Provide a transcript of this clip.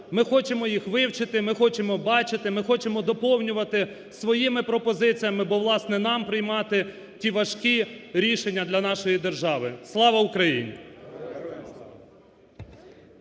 ми хочемо їх вивчити, ми хочемо бачити, ми хочемо доповнювати своїми пропозиціями, бо, власне, нам приймати ті важкі рішення для нашої держави. Слава Україні!